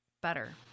better